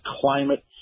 climate